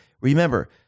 Remember